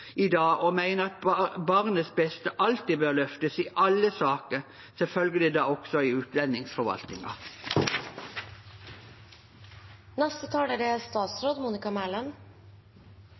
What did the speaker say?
i dag og mener at barnets beste alltid bør løftes i alle saker, selvfølgelig også i